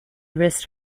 wrist